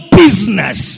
business